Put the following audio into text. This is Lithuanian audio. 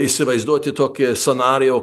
įsivaizduoti tokį scenarijų